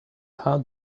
haunt